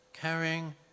Carrying